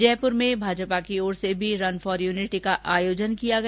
जयप्र में भाजपा की ओर से भी रन फोर यूनिटी का आयोजन किया गया